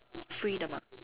free 的 mah